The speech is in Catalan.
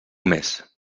més